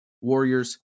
Warriors